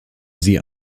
sie